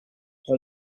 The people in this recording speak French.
pour